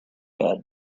bed